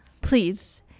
please